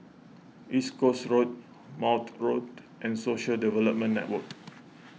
East Coast Road Maude Road and Social Development Network